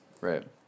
Right